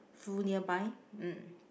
full nearby